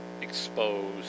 exposed